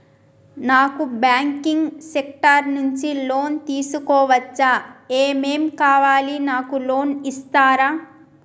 నాకు banking sector నుంచి loan తీసుకోవచ్చా? ఏమేం కావాలి? నాకు లోన్ ఇస్తారా?